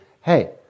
hey